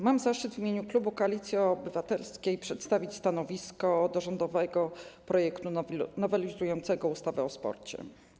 Mam zaszczyt w imieniu klubu Koalicji Obywatelskiej przedstawić stanowisko wobec rządowego projektu nowelizującego ustawę o sporcie.